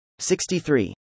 63